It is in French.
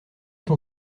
ton